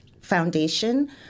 foundation